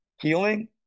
healing